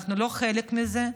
אנחנו לא חלק מזה,